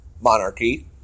monarchy